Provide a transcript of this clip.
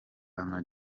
ama